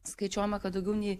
skaičiuojama kad daugiau nei